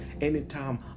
Anytime